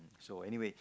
so anyway